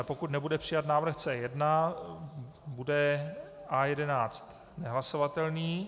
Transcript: Pokud nebude přijat návrh C1, bude A11 nehlasovatelný.